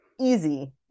easy